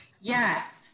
Yes